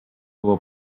było